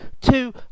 two